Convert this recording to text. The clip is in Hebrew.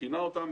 ומכינה אותם.